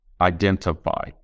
identify